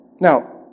Now